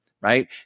Right